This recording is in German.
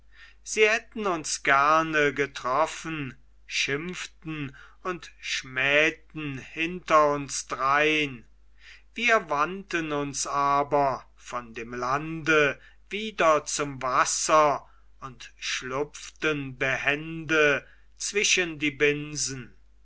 sie hätten uns gerne getroffen schimpften und schmähten hinter uns drein wir wandten uns aber von dem lande wieder zum wasser und schlupften behende zwischen die binsen